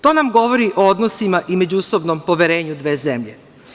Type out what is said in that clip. To nam govori o odnosima i međusobnom poverenju dve zemlje.